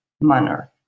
manner